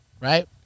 right